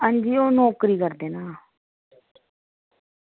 अंजी ओह् नौकरी करदे न